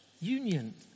Union